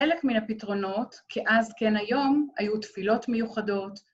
חלק מן הפתרונות, כאז כן היום, היו תפילות מיוחדות.